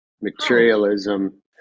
materialism